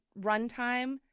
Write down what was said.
runtime